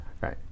Right